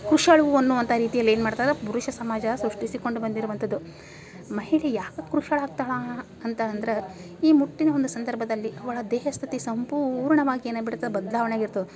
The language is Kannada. ಕೃಶಳ್ವೂ ಅನ್ನುವಂಥ ರೀತಿಯಲ್ಲಿ ಏನು ಮಾಡ್ತಾರ ಪುರುಷ ಸಮಾಜ ಸೃಷ್ಟಿಸಿಕೊಂಡು ಬಂದಿರುವಂಥದ್ದು ಮಹಿಳೆ ಯಾಕೆ ಕೃಶಳಾಗ್ತಾಳಾ ಅಂತ ಅಂದ್ರೆ ಈ ಮುಟ್ಟಿನ ಒಂದು ಸಂದರ್ಭದಲ್ಲಿ ಅವಳ ದೇಹ ಸ್ಥಿತಿ ಸಂಪೂರ್ಣವಾಗಿ ಏನಾಗ್ಬಿಡತ್ತೆ ಬದಲಾವಣೆ ಆಗಿರ್ತದೆ